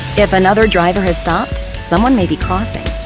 if another driver has stopped, someone may be crossing.